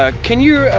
ah can you,